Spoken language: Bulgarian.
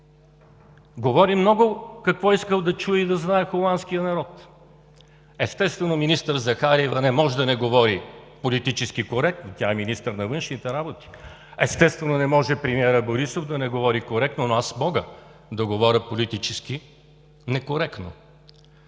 Говори много какво искал да чуе и да знае холандският народ. Естествено, министър Захариева не може да не говори политически коректно – тя е министър на външните работи. Естествено, премиерът Борисов не може да не говори коректно, но аз мога да говоря политически некоректно.